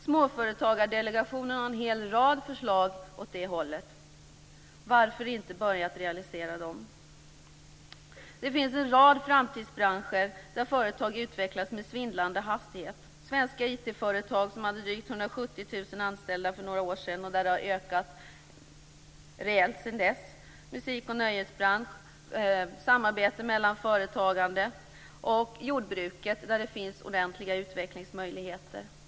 Småföretagardelegationen har en hel rad förslag åt det hållet. Varför inte börja realisera dessa? Det finns en rad framtidsbranscher där företag utvecklas med en svindlande hastighet. Vad gäller svenska IT-företag, som för några år sedan hade drygt 170 000 anställda, har det skett en rejäl ökning sedan dess. Vidare kan nämnas musik och nöjesbranschen, samarbetet mellan företagande och jordbruket där det finns ordentliga utvecklingsmöjligheter.